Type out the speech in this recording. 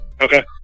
Okay